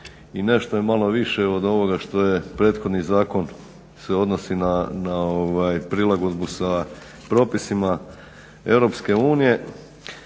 i nešto je malo više od ovoga što je prethodni zakon se odnosi na prilagodbu sa propisima Europske unije.